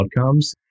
outcomes